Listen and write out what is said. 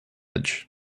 edge